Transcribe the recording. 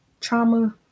Trauma